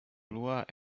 lois